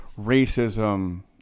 racism